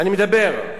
אני מדבר.